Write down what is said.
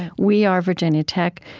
we are virginia tech.